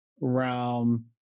realm